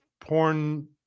porn